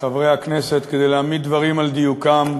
חברי הכנסת, כדי להעמיד דברים על דיוקם,